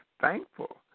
thankful